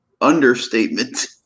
Understatement